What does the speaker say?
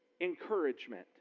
encouragement